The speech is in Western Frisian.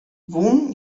wûn